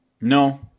No